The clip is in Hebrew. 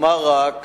אומר רק